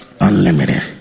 unlimited